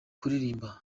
kuririmba